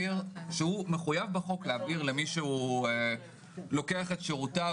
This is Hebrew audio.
שהוא מחויב בחוק להעביר למי שהוא לוקח את שירותיו